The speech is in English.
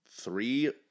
three